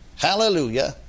hallelujah